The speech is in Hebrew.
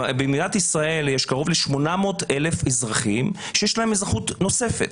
במדינת ישראל יש קרוב ל-800,000 אזרחים שיש להם אזרחות נוספת.